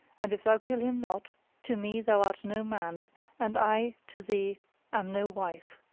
and if thou kill him not to me thou art no man and i to thee am no wife.